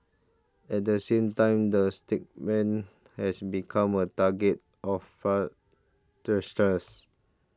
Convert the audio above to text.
at the same time the statement has become a target of fraudsters